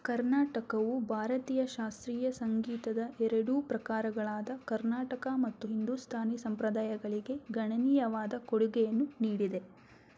ಕರ್ನಾಟಕವು ಭಾರತೀಯ ಶಾಸ್ತ್ರೀಯ ಸಂಗೀತದ ಎರಡೂ ಪ್ರಕಾರಗಳಾದ ಕರ್ನಾಟಕ ಮತ್ತು ಹಿಂದೂಸ್ತಾನಿ ಸಂಪ್ರದಾಯಗಳಿಗೆ ಗಣನೀಯವಾದ ಕೊಡುಗೆಯನ್ನು ನೀಡಿದೆ